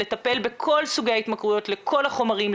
לטפל בכל סוגי ההתמכרויות לכל החומרים,